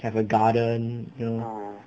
have a garden you know